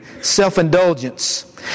self-indulgence